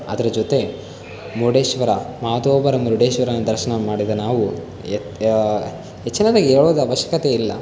ಅದರ ಜೊತೆ ಮುರುಡೇಶ್ವರ ಮಾತೋಬರ ಮುರುಡೇಶ್ವರನ ದರ್ಶನ ಮಾಡಿದ ನಾವು ಹೆಚ್ ಹೆಚ್ಚಿನದಾಗಿ ಹೇಳುವ ಅವಶ್ಯಕತೆ ಇಲ್ಲ